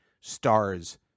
star's